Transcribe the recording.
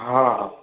हाँ हाँ